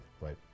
right